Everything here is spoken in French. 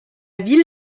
ville